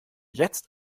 jetzt